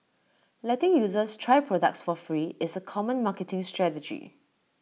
letting users try products for free is A common marketing strategy